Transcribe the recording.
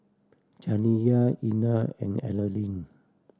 Janiya Einar and Alene